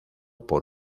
por